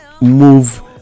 move